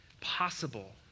possible